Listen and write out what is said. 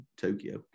Tokyo